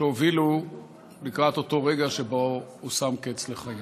שהובילו לקראת אותו רגע שבו הוא שם קץ לחייו.